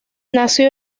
nació